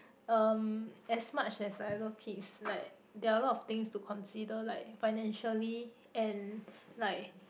um as much as I love kids like there are a lot of things to consider like financially and like